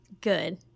good